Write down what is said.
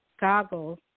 goggles